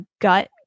gut